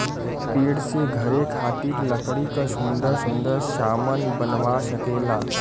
पेड़ से घरे खातिर लकड़ी क सुन्दर सुन्दर सामन बनवा सकेला